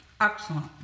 excellent